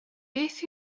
beth